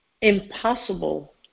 impossible